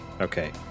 Okay